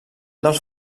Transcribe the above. dels